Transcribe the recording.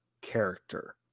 character